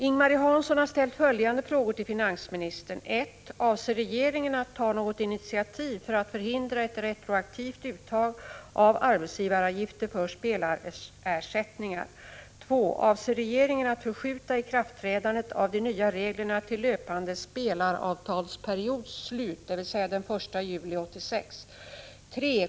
Ing-Marie Hansson har ställt följande frågor till finansministern: 2. Avser regeringen att förskjuta ikraftträdandet av de nya reglerna till löpande spelaravtalsperiods slut, dvs. den 1 juli 1986? 3.